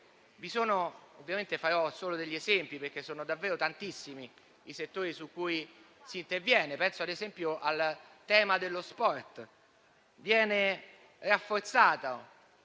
impegnati. Ovviamente farò solo degli esempi, perché sono davvero tantissimi i settori su cui si interviene: penso al tema dello sport. Viene rafforzato